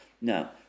now